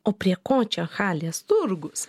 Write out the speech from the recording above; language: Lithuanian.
o prie ko čia halės turgus